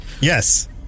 Yes